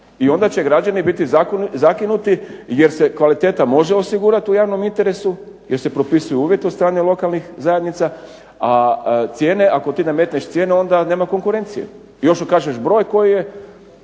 I onda će građani biti zakinuti jer se kvaliteta može osigurati u javnom interesu, jer se propisuju uvjeti od strane lokalnih zajednica, a cijene ako ti nametneš cijene onda nema konkurencije. Još kažeš broj koji je,